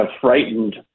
frightened